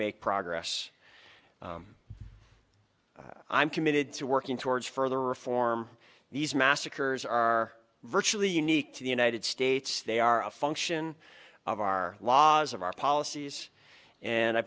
make progress i'm committed to working towards further reform these massacres are virtually unique to the united states they are a function of our laws of our policies and i